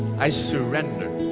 i surrender